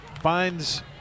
finds